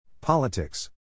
Politics